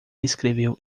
escreveu